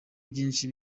byinshi